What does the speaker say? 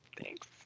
Thanks